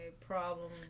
problem